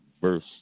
verse